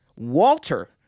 Walter